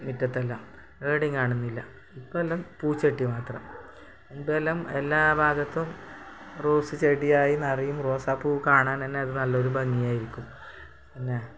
മിറ്റത്തല്ല എവിടേം കാണുന്നില്ല ഇപ്പോൾ എല്ലാം പൂച്ചട്ടി മാത്രം മുമ്പെല്ലാം എല്ലാ ഭാഗത്തും റോസ് ചെടിയായി നിറയും റോസാപ്പൂ കാണാൻ തന്നെ നല്ലൊരു ഭംഗിയായിരിക്കും പിന്നെ